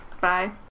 Bye